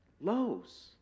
lows